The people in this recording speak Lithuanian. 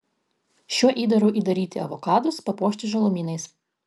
šiuo įdaru įdaryti avokadus papuošti žalumynais